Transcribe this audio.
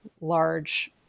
large